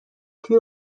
توی